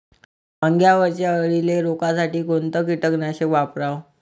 वांग्यावरच्या अळीले रोकासाठी कोनतं कीटकनाशक वापराव?